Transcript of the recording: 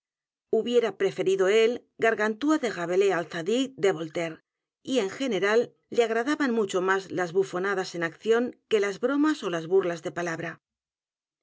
hubiera preferido el gargantea de rabelais al zadig de voltaire y en general le agradaban mucho edgar poe novelas y cuentos m á s las bufonadas en acción que las bromas ó las b u r l a s de palabra